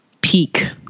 peak